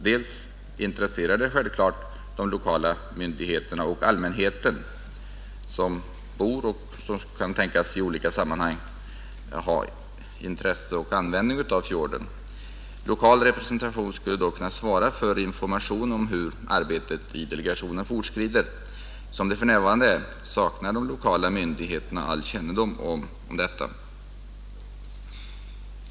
Det intresserar självfallet de lokala myndigheterna och den allmänhet som bor vid eller kan tänkas ha användning av fjorden och dess vatten. Lokal representation skulle då kunna svara för information om hur arbetet i delegationen fortskrider — som det för närvarande är saknar de lokala myndigheterna all kännedom om detta.